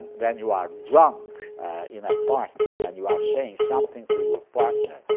when you are drunk in a party and you are saying something to your partner,